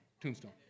tombstone